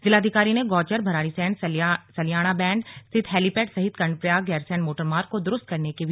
जिलाधाकारी ने गौचर भराड़ीसैंण सलियाणा बैंड स्थित हैलीपैड सहित कर्णप्रयाग गैरसेंण मोटर मार्ग को द्रुस्त करने के निर्देश भी दिये